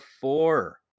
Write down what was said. four